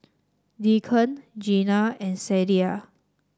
Deacon Jeana and Sadye